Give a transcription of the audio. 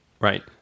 Right